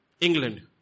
England